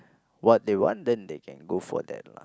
what they want then they can go for that lah